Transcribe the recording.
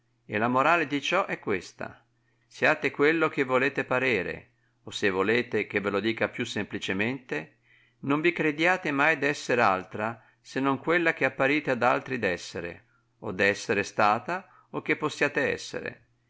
e la morale di ciò è questa siate quello che volete parere o se volete che ve lo dica più semplicemente non vi crediate mai d'essere altra se non quella che apparite ad altri d'essere o d'essere stata o che possiate essere